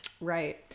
Right